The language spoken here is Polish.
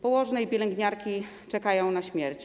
Położne i pielęgniarki czekają na ich śmierć.